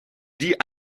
die